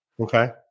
Okay